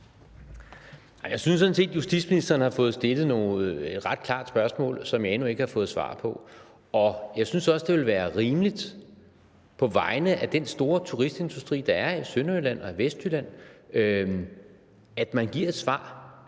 Jeg synes sådan set, at justitsministeren er blevet stillet nogle ret klare spørgsmål, som jeg endnu ikke har fået svar på, og jeg synes også, det vil være rimeligt på vegne af den store turistindustri, der er i Sønderjylland og Vestjylland, at man giver et svar.